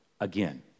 again